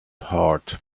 heart